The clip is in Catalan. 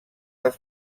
els